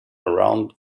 around